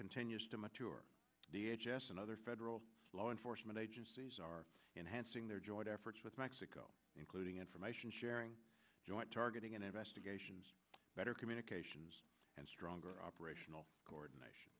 continues to mature d h s s and other federal law enforcement agencies are in hansing their joint efforts with mexico including information sharing joint targeting and investigations better communications and stronger operational coordination